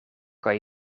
kan